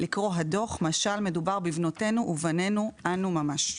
לקרוא את הדוח משל מדובר בבנותינו ובבנינו - אנו ממש.